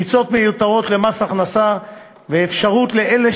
ריצות מיותרות למס הכנסה ואפשרות לאלה